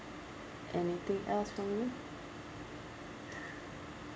anything else from you